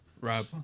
Rob